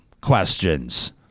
questions